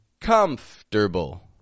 Comfortable